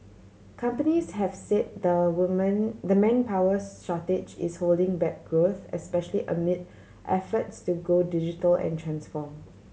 companies have say the woman the manpowers shortage is holding back growth especially amid efforts to go digital and transform